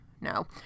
No